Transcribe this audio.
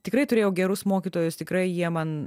tikrai turėjau gerus mokytojus tikrai jie man